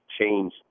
change